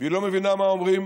והיא לא מבינה מה אומרים